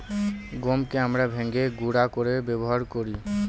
গমকে আমরা ভেঙে গুঁড়া করে ব্যবহার করি